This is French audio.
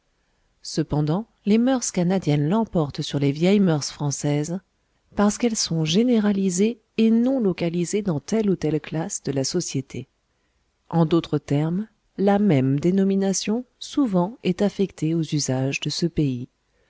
cependant les moeurs canadiennes l'emportent sur les vieilles moeurs françaises parce qu'elles sont généralisées et non localisées dans telle ou telle classe de la société en d'autres termes la même dénomination souvent est affectée aux usages de ce pays